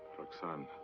roxane.